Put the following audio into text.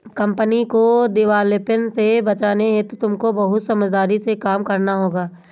company को दिवालेपन से बचाने हेतु तुमको बहुत समझदारी से काम करना होगा